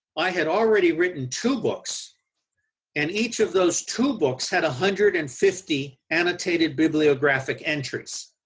i had already written two books and each of those two books had a hundred and fifty annotated bibliographic entries.